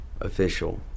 official